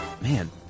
Man